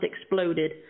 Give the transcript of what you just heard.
exploded